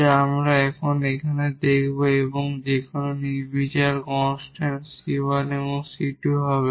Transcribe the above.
যা আমরা এখন এখানে দেখব এবং যেকোনো নির্বিচারে কনস্ট্যান্ট 𝑐1 এবং 𝑐2 হবে